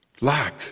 Lack